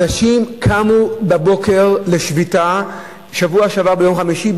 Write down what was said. אנשים קמו בבוקר לשביתה בשבוע שעבר ביום חמישי,